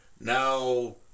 Now